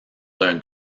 d’un